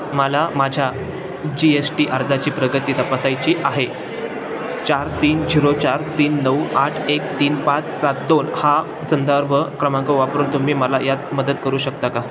मला माझ्या G S T अर्जाची प्रगती तपासायची आहे चार तीन झिरो चार तीन नऊ आठ एक तीन पाच सात दोन हा संदर्भ क्रमांक वापरून तुम्ही मला यात मदत करू शकता का